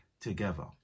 together